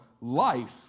life